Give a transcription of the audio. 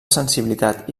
sensibilitat